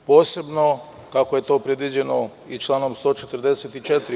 Posebno kako je to predviđeno članom 144.